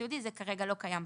סעיף 14 (ב)(1) זה סיעודי וחיים.